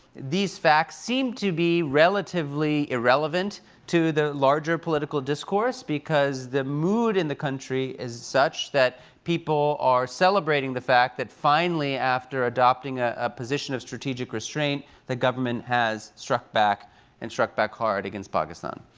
these facts seem to be relatively irrelevant to the larger political discourse, because the mood in the country is such that people are celebrating the fact that finally, after adopting a ah position of strategic restraint, the government has struck back and struck back hard against pakistan.